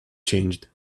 changed